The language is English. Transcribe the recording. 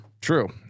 True